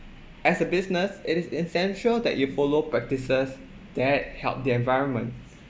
as a business it is essential that you follow practices that help the environment